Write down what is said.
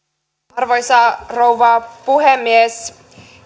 arvoisa rouva puhemies